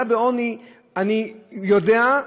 אני יודע,